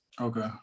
Okay